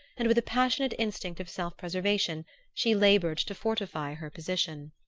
and with a passionate instinct of self-preservation she labored to fortify her position.